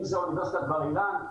אם זו אוניברסיטת בר-אילן.